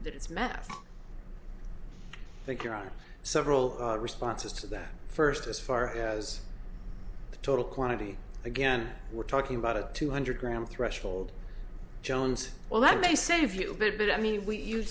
that it's math that you're on several responses to that first as far as the total quantity again we're talking about a two hundred gram threshold jones well that may save you a bit but i mean we you